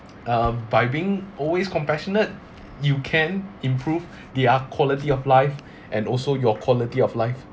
um by being always compassionate you can improve their quality of life and also your quality of life